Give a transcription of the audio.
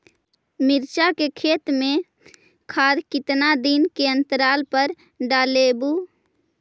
मिरचा के खेत मे खाद कितना दीन के अनतराल पर डालेबु?